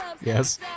Yes